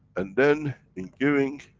and then, in giving,